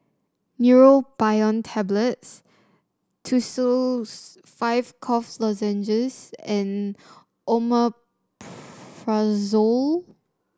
Neurobion Tablets Tussils five Cough Lozenges and Omeprazole